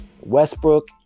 Westbrook